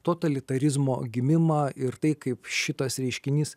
totalitarizmo gimimą ir tai kaip šitas reiškinys